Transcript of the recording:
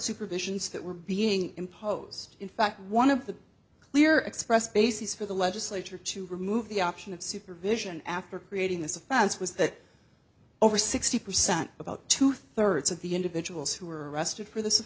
supervisions that were being imposed in fact one of the clear expressed bases for the legislature to remove the option of supervision after creating this offense was that over sixty percent about two thirds of the individuals who were arrested for this